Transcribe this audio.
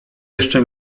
jeszcze